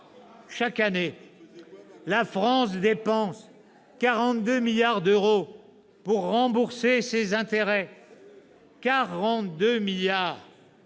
Chaque année, la France dépense 42 milliards d'euros pour rembourser ses intérêts. C'est